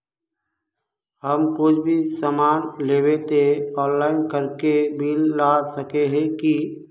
हम कुछ भी सामान लेबे ते ऑनलाइन करके बिल ला सके है की?